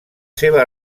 seva